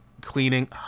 cleaning